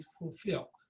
fulfill